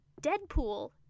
deadpool